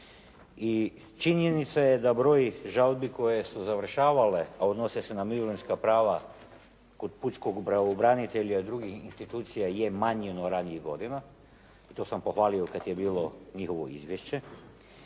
i činjenica je da broj žalbi koje su završavale, a odnose se na mirovinska prava kod pučkog pravobranitelja i drugih institucija je manje no ranijih godina, i to sam pohvalio kad je bilo njihovo izvješće,